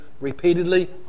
repeatedly